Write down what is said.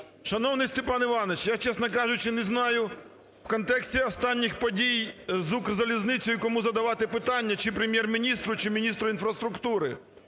Шановний Степан Іванович, я, чесно кажучи, не знаю в контексті останніх подій з "Укрзалізницею", кому задавати питання: чи Прем'єр-міністру, чи міністру інфраструктури.